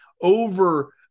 over